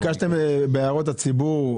ביקשתם בהערות הציבור,